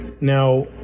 Now